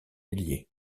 ailier